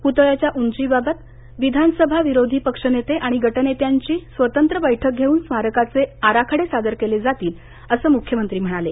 प्तळ्याच्या उंचीबाबत विधानसभा विरोधी पक्षनेते आणि गटनेत्यांची स्वतंत्र बैठक घेऊन स्मारकाचे आराखडे सादर केले जातील असं मुख्यमंत्री म्हणाले